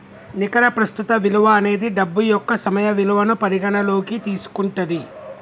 నికర ప్రస్తుత విలువ అనేది డబ్బు యొక్క సమయ విలువను పరిగణనలోకి తీసుకుంటది